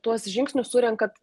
tuos žingsnius surenkat